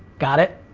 got it?